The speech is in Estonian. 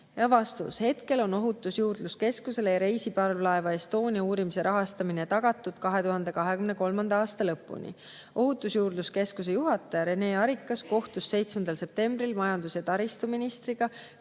Ja vastus. Praegu on Ohutusjuurdluse Keskusele reisiparvlaev Estonia uurimise rahastamine tagatud 2023. aasta lõpuni. Ohutusjuurdluse Keskuse juhataja Rene Arikas kohtus 7. septembril majandus- ja taristuministriga